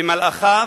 במלאכיו,